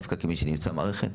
דווקא כמי שנמצא במערכת,